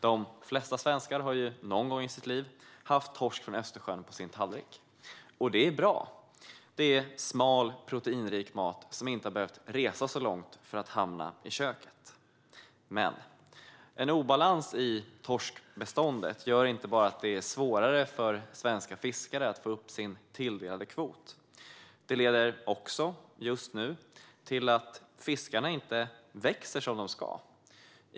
De flesta svenskar har någon gång i sitt liv haft torsk från Östersjön på sin tallrik. Det är bra, för torsk är smal, proteinrik mat som inte har behövt resa så långt för att hamna i köket. Men en obalans i torskbeståndet gör inte bara att det är svårare för svenska fiskare att få upp sin tilldelade kvot utan leder också just nu till att torsken inte växer som den ska.